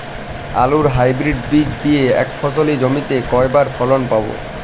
আলুর হাইব্রিড বীজ দিয়ে এক ফসলী জমিতে কয়বার ফলন পাব?